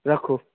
रक्खु